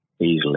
easily